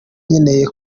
nkeneye